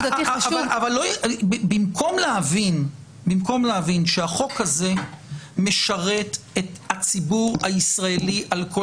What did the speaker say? במקום להבין שהחוק הזה משרת את הציבור הישראלי על כל